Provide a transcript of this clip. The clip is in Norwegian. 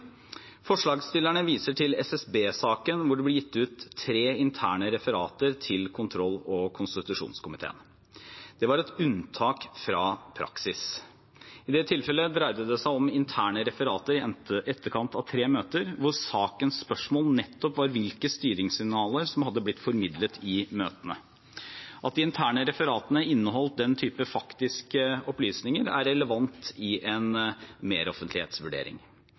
Forslagsstillerne viser til SSB-saken, der det ble gitt ut tre interne referater til kontroll- og konstitusjonskomiteen. Det var et unntak fra praksis. I det tilfellet dreide det seg om interne referater i etterkant av tre møter, der sakens spørsmål nettopp var hvilke styringssignaler som hadde blitt formidlet i møtene. At de interne referatene inneholdt den type faktiske opplysninger, er relevant i en meroffentlighetsvurdering.